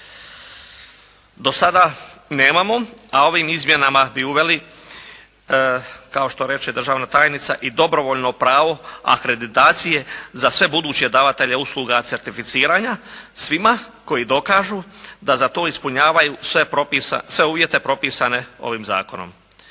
Do sada nemamo, a ovim izmjenama bi uveli, kao što reče državna tajnica i dobrovoljno pravo akreditacije za sve buduće davatelje usluga certificiranja svima koji dokažu da za to ispunjavaju sve uvjete propisane ovim Zakonom.